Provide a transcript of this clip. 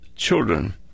children